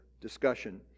discussion